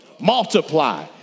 Multiply